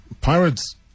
Pirates